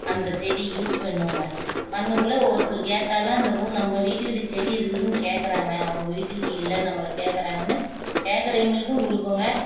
அந்த செடி யூஸ் பண்ணுவங்க பண்ணக்குள்ளே ஒருத்தர் கேட்டால் அந்த பூ நம்ப வீட்டுக்கிட்ட செடி இருக்குதுன்னு கேட்கறாங்க அவங்க விட்டுக்கிட்ட இல்லை நம்மளை கேட்கறாங்கன்னு கேட்கறவிங்களுக்கும் கொடுப்போங்க